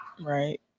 Right